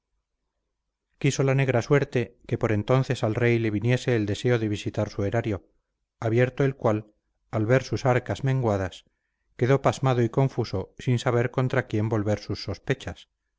quiso la negra suerte que por entonces al rey le viniese el deseo de visitar su erario abierto el cual al ver sus arcas menguadas quedó pasmado y confuso sin saber contra quién volver sus sospechas